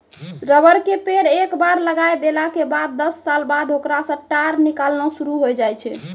rubber के पेड़ एक बार लगाय देला के बाद दस साल बाद होकरा सॅ टार निकालना शुरू होय जाय छै